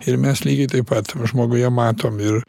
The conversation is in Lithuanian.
ir mes lygiai taip pat žmoguje matom ir